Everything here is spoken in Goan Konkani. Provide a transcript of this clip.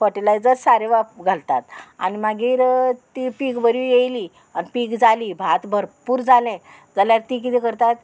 फर्टिलायजर सारें वाप घालतात आनी मागीर ती पीक बरी येयली आनी पीक जाली भात भरपूर जालें जाल्यार तीं किदें करतात